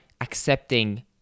accepting